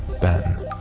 Ben